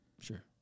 sure